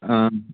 ஆ